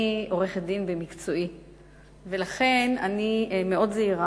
אני עורכת-דין במקצועי ולכן אני מאוד זהירה.